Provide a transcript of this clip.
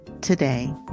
today